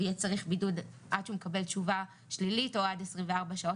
ויהיה צריך בבידוד עד שהוא מקבל תשובה שלילית או עד 24 שעות,